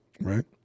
right